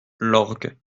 lorgues